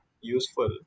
useful